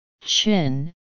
chin